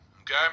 Okay